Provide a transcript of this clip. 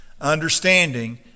understanding